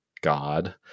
God